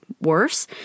worse